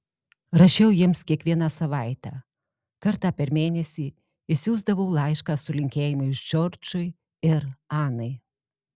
rašiau jiems kiekvieną savaitę kartą per mėnesį išsiųsdavau laišką su linkėjimais džordžui ir anai